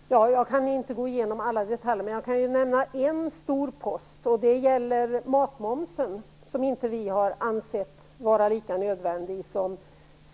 Herr talman! Jag kan inte gå igenom alla detaljer, men jag kan nämna en stor post. Det gäller matmomsen. Vi har inte ansett att den frågan är lika angelägen som